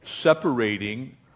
separating